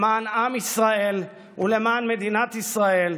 למען עם ישראל ולמען מדינת ישראל.